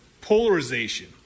polarization